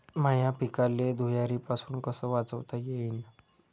माह्या पिकाले धुयारीपासुन कस वाचवता येईन?